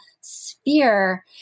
sphere